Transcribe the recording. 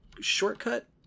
shortcut